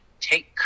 take